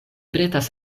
pretas